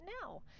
now